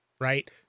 right